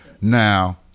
Now